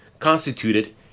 constituted